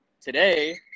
today